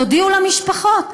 תודיעו למשפחות,